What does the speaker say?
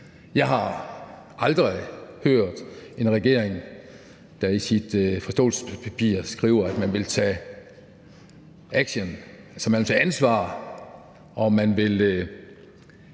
Jeg har aldrig før set en regering skrive i sit forståelsespapir, at man vil tage action, at man vil tage ansvar, og at man vil